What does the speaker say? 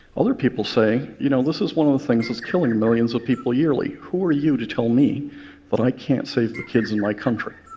other people say, you know this is one of the things that's killing millions of people yearly. who are you to tell me that i can't save the kids in my country?